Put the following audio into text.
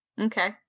Okay